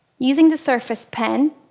using the surface pen,